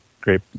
great